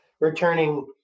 Returning